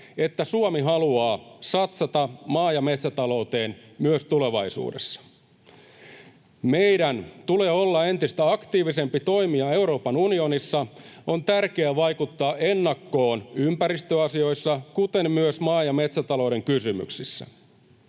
että Suomi haluaa satsata maa- ja metsätalouteen myös tulevaisuudessa. Meidän tulee olla entistä aktiivisempi toimija Euroopan unionissa. On tärkeää vaikuttaa ennakkoon ympäristöasioissa, kuten myös maa- ja metsätalouden kysymyksissä.